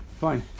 Fine